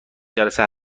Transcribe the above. جلسه